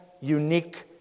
unique